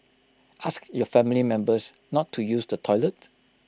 ask your family members not to use the toilet